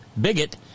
bigot